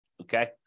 okay